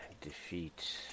defeat